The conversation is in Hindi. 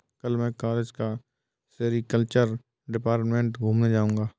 कल मैं कॉलेज का सेरीकल्चर डिपार्टमेंट घूमने जाऊंगा